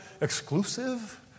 exclusive